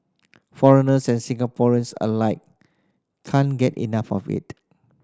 foreigners and Singaporeans alike can't get enough of it